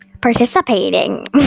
participating